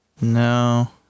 No